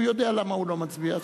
הוא יודע למה הוא לא מצביע.